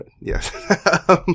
yes